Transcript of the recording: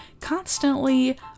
constantly